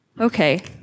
okay